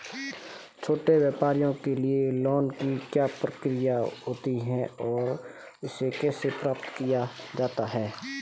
छोटे व्यापार के लिए लोंन की क्या प्रक्रिया होती है और इसे कैसे प्राप्त किया जाता है?